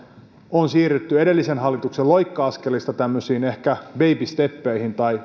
on siirrytty edellisen hallituksen loikka askelista tämmöisiin ehkä babysteppeihin tai